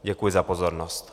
Děkuji za pozornost.